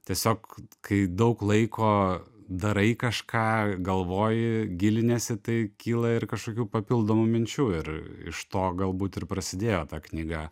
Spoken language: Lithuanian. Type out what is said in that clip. tiesiog kai daug laiko darai kažką galvoji giliniesi tai kyla ir kažkokių papildomų minčių ir iš to galbūt ir prasidėjo ta knyga